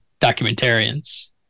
documentarians